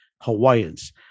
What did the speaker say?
Hawaiians